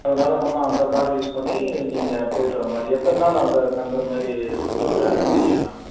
அதனால் நம்ம அந்த காரு யூஸ் பண்ணி நீங்கள் போய்விட்டு வர மாதிரி எத்தனன நாள் அங்கே தங்குகிற மாதிரி உங்களோடய ஐடியா மேம்